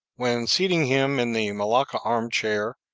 when, seating him in the malacca arm-chair,